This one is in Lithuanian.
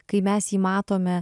kai mes jį matome